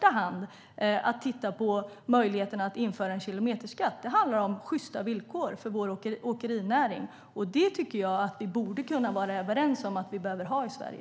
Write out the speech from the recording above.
Att titta på möjligheten att införa en kilometerskatt handlar för oss i första hand om sjysta villkor för vår åkerinäring. Det tycker jag att vi borde kunna vara överens om att vi behöver ha i Sverige.